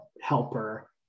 helper